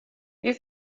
you